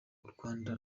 rwanda